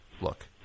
Look